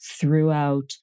throughout